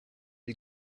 you